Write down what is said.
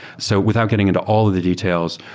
so without getting into all of the details,